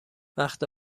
وقت